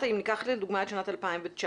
אם ניקח לדוגמא את שנת 2019,